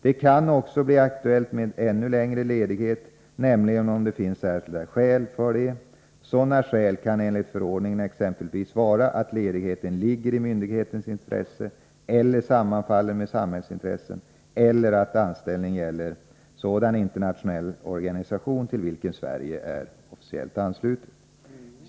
Det kan också bli aktuellt med ännu längre ledighet, nämligen om det finns särskilda skäl för det. Sådana skäl kan enligt förordningen exempelvis vara att ledigheten ligger i myndighetens intresse eller sammanfaller med samhällsintressen eller att anställningen gäller sådan internationell organisation till vilken Sverige är officiellt anslutet.